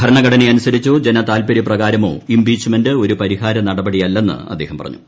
ഭരണഘടനയനുസരിച്ചോ ജനതാൽപര്യ പ്രകാരമോ ഇംപീച്ച്മെന്റ് ഒരു പരിഹാര നടപടിയല്ലെന്ന് അദ്ദേഹം പറഞ്ഞു